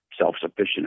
self-sufficient